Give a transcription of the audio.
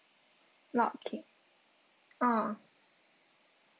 block of cake ah